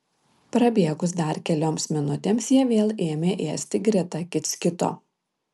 prabėgus dar kelioms minutėms jie vėl ėmė ėsti greta kits kito